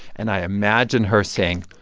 and i imagine her saying,